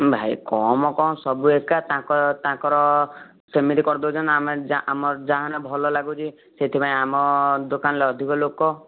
ଭାଇ କମ୍ କଣ ସବୁ ଏକା ତାଙ୍କ ତାଙ୍କର ସେମିତି କରିଦେଉଛନ୍ତି ଆମେ ଯାହା ଆମର ଯାହାହେନେ ଭଲ ଲାଗୁଛି ସେଥିପାଇଁ ଆମ ଦୋକାନରେ ଅଧିକ ଲୋକ